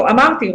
אמרתי,